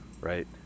right